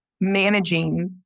managing